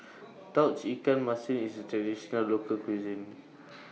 Tauge Ikan Masin IS A Traditional Local Cuisine